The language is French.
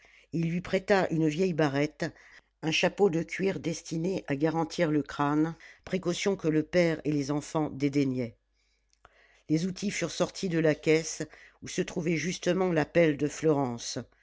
il lui prêta une vieille barrette un chapeau de cuir destiné à garantir le crâne précaution que le père et les enfants dédaignaient les outils furent sortis de la caisse où se trouvait justement la pelle de fleurance